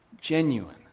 genuine